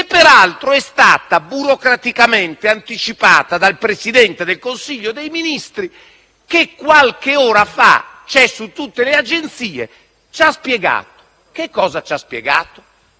che peraltro è stata burocraticamente anticipata dal Presidente del Consiglio dei ministri, che qualche ora fa - è su tutte le agenzie - ci ha spiegato che noi siamo